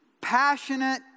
passionate